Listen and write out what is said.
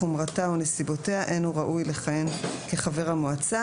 חומרתה או נסיבותיה אין הוא ראוי לכהן כחבר המועצה.